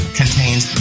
contains